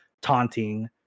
taunting